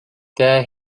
there